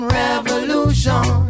revolution